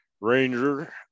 ranger